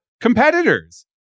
competitors